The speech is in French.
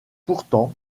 pourtant